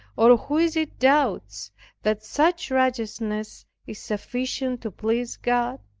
or, who is it doubts that such righteousness is sufficient to please god?